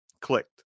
clicked